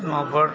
वहाँ पर